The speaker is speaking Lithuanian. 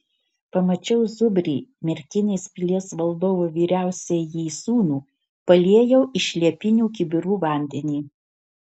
pamačiau zubrį merkinės pilies valdovo vyriausiąjį sūnų paliejau iš liepinių kibirų vandenį